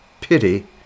pity